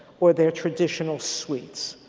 or their traditional sweets.